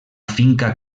finca